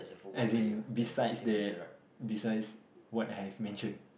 as in besides that besides what I have mention